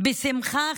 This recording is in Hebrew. בשמחה,